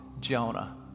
Jonah